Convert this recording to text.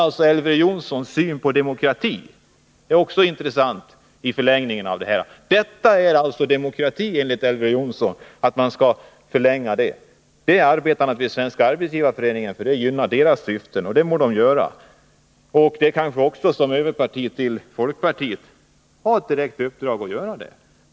Detta är alltså demokrati, enligt Elver Jonsson, och det är intressant att han har uppfattningen att man skall förlänga denna ordning. Den gynnar Svenska arbetsgivareföreningens syften, och kanske denna också som överparti till folkpartiet har ett direkt uppdrag att föra fram denna uppfattning.